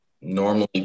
normally